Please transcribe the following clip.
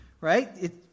right